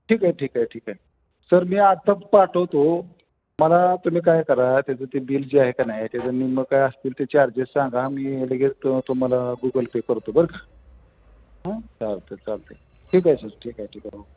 ठीक आहे ठीक आहे ठीक आहे सर मी आत्ताच पाठवतो मला तुम्ही काय करा त्याचं ते बिल जे आहे का नाही त्याचं निम्मं काय असतील ते चार्जेस सांगा मी लगेच त तुम्हाला गुगल पे करतो बरं का चालत आहे चालत आहे ठीक आहे सर ठीक आहे ठीक आहे मग